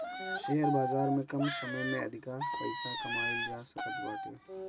share बाजार में कम समय में अधिका पईसा कमाईल जा सकत बाटे